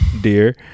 dear